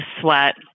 sweat